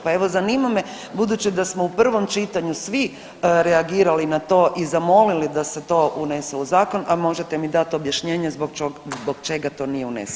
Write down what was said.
Pa evo zanima me budući da smo u prvom čitanju svi reagirali na to i zamolili da se to unese u zakon, a možete mi dati objašnjenje zbog čega to nije uneseno.